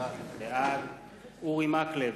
בעד אורי מקלב,